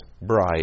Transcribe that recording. bride